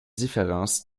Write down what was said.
différence